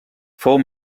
fou